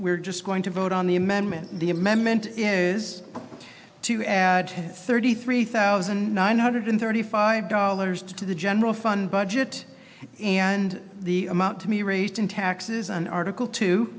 we're just going to vote on the amendment the amendment is to add thirty three thousand nine hundred thirty five dollars to the general fund budget and the amount to be raised in taxes an article t